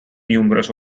numerous